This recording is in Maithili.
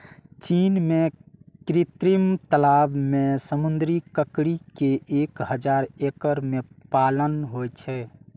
चीन मे कृत्रिम तालाब मे समुद्री ककड़ी के एक हजार एकड़ मे पालन होइ छै